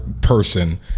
person